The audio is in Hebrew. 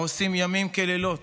העושים לילות